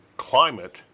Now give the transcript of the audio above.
climate